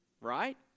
right